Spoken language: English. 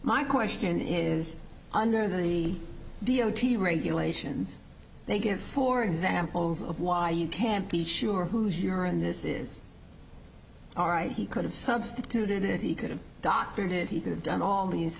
my question is under the d o t regulations they give four examples of why you can't be sure who's your and this is all right he could have substituted it he could have doctored it he could have done all these